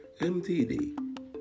MTD